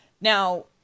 now